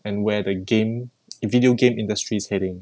and where the game in video game industries is heading